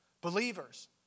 Believers